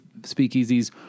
speakeasies